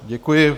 Děkuji.